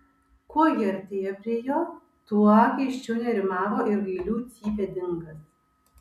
kuo ji artėjo prie jo tuo keisčiau nerimavo ir gailiau cypė dingas